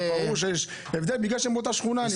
ברור שיש הבדל, בגלל שהם באותה שכונה.